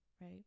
right